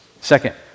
second